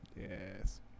Yes